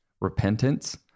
repentance